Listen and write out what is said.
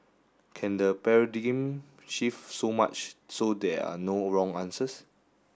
can the paradigm shift so much so there are no wrong answers